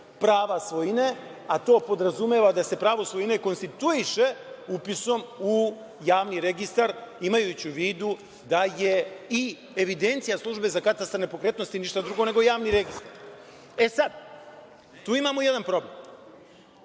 prava svojine, a to podrazumeva da se pravo svojine konstituiše upisom u javni registar imajući u vidu da je i evidencija Službe za katastar nepokretnosti ništa drugo nego javni registar. Tu imamo jedan